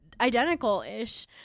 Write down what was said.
identical-ish